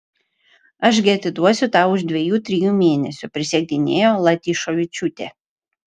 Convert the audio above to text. aš gi atiduosiu tau už dviejų trijų mėnesių prisiekdinėjo latyšovičiūtė